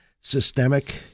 systemic